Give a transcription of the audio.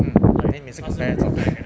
mm then 每次 compare